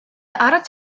أردت